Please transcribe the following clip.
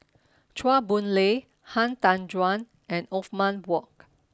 Chua Boon Lay Han Tan Juan and Othman Wok